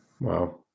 Wow